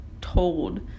told